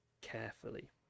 carefully